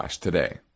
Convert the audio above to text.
today